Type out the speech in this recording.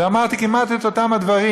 ואמרתי כמעט את אותם הדברים.